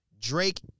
Drake